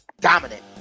dominant